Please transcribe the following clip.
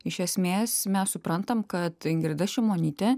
iš esmės mes suprantam kad ingrida šimonytė